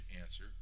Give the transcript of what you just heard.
answer